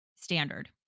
standard